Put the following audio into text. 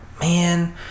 man